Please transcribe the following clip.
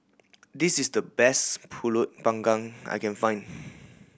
this is the best Pulut Panggang I can find